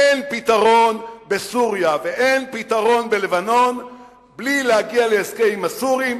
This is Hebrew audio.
אין פתרון בסוריה ואין פתרון בלבנון בלי להגיע להסכם עם הסורים,